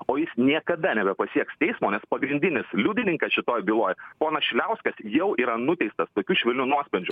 o jis niekada nebepasieks teismo nes pagrindinis liudininkas šitoj byloj ponas šiliauskas jau yra nuteistas tokiu švelniu nuosprendžiu